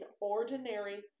ordinary